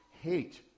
hate